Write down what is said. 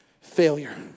Failure